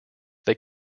they